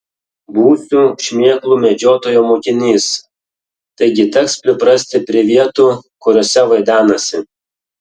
būsiu šmėklų medžiotojo mokinys taigi teks priprasti prie vietų kuriose vaidenasi